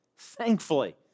Thankfully